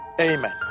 Amen